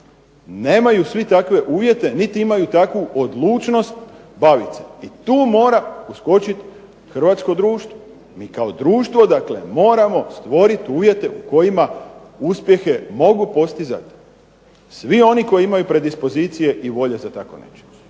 nemaju svi takve uvjete niti imaju takvu odlučnost bavit se tim i tu mora uskočit hrvatsko društvo. Mi kao društvo dakle moramo stvorit uvjete u kojima uspjehe mogu postizat svi oni koji imaju predispozicije i volje za tako nečim,